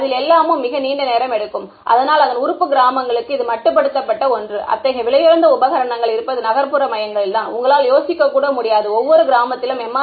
அதில் எல்லாமும் மிக நீண்ட நேரம் எடுக்கும் அதனால் அதன் உறுப்பு கிராமப்புறங்களுக்கு இது மட்டுப்படுத்தப்பட்ட ஒன்று அத்தகைய விலையுயர்ந்த உபகரணங்கள் இருப்பது நகர்ப்புற மையங்களில் தான் உங்களால் யோசிக்க கூட முடியாது ஒவ்வொரு கிராமத்திலும் எம்